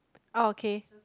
orh K